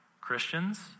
Christians